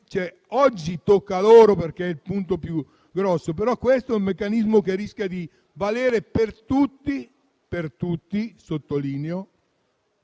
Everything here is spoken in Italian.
oggi tocca a loro perché è la questione più grossa, però questo è un meccanismo che rischia di valere per tutti - e sottolineo